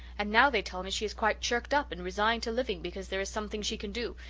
and now they tell me she is quite chirked up and resigned to living because there is something she can do,